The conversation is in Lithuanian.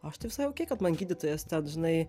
aš tai visai okei kad man gydytojas ten žinai